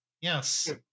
Yes